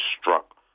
struck